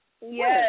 Yes